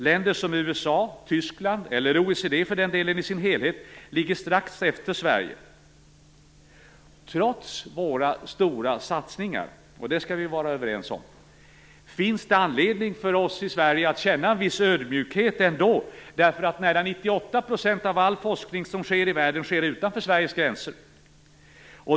Länder som USA och Tyskland, eller för den delen OECD i dess helhet, ligger strax efter Sverige. Trots att våra satsningar är stora, det skall vi vara överens om, finns det anledning för oss i Sverige att känna en viss ödmjukhet. Nära 98 % av alla forskning som sker i världen sker ju utanför Sverige gränser.